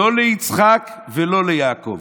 לא ליצחק ולא ליעקב.